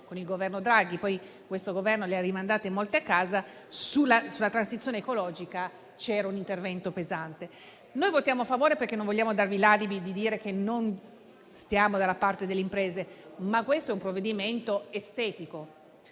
con il Governo Draghi - poi questo Governo molte le ha rimandate a casa - sulla transizione ecologica c'era un intervento pesante. Noi votiamo a favore perché non vogliamo darvi l'alibi di dire che non stiamo dalla parte delle imprese. Ma questo è un provvedimento estetico,